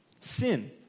Sin